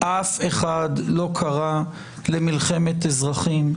אף אחד לא קרא למלחמת אזרחים.